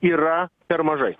yra per mažai